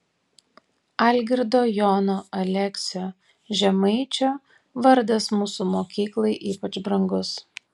algirdo jono aleksio žemaičio vardas mūsų mokyklai ypač brangus